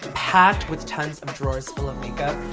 packed with tons of drawers full of makeup.